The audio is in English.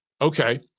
Okay